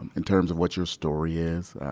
um in terms of what your story is,